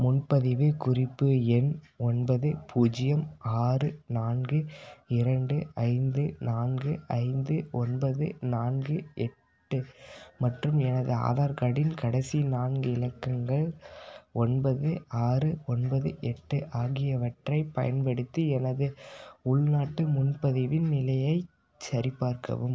முன்பதிவு குறிப்பு எண் ஒன்பது பூஜ்ஜியம் ஆறு நான்கு இரண்டு ஐந்து நான்கு ஐந்து ஒன்பது நான்கு எட்டு மற்றும் எனது ஆதார் கார்டின் கடைசி நான்கு இலக்கங்கள் ஒன்பது ஆறு ஒன்பது எட்டு ஆகியவற்றைப் பயன்படுத்தி எனது உள்நாட்டு முன்பதிவின் நிலையைச் சரிபார்க்கவும்